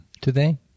today